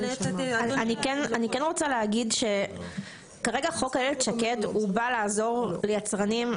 אני כן רוצה להגיד שכרגע חוק איילת שקד הוא בא לעזור ליצרנים,